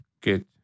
Good